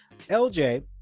lj